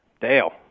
Dale